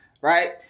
right